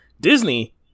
Disney